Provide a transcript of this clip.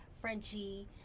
Frenchie